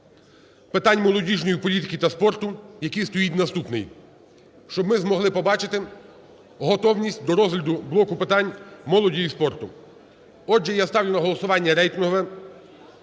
питань молодіжної політики та спорту, який стоїть наступний, щоб ми змогли побачити готовність до розгляду блоку питань молоді і спорту. Отже, я ставлю на голосування рейтингове